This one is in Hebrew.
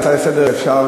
להצעה לסדר-היום?